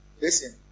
listen